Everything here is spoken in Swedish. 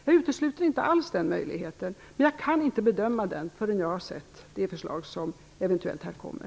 Jag utesluter inte alls den möjligheten, men jag kan inte bedöma den förrän jag har sett det förslag som eventuellt kommer.